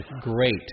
great